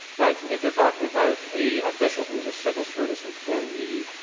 but if you're talking about a official who is a civil service employee,